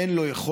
אין לו יכולת